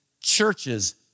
churches